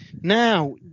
Now